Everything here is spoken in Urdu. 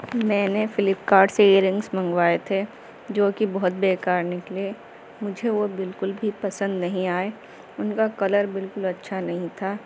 میں نے فلپکارٹ سے ایئر رنگس منگوائے تھے جو کہ بہت بے کار نکلے مجھے وہ بالکل بھی پسند نہیں آئے ان کا کلر بالکل اچھا نہیں تھا